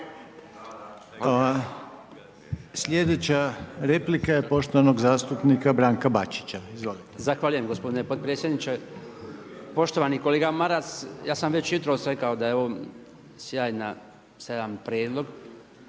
Sljedeća replika je poštovanog zastupnika Branka Bačića. Izvolite. **Bačić, Branko (HDZ)** Zahvaljujem gospodine potpredsjedniče. Poštovani kolega Maras, ja sam već jutros rekao da je ovo sjajan prijedlog